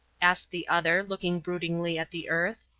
asked the other, looking broodingly at the earth.